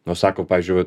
nu sako pavyzdžiui vat